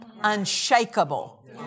unshakable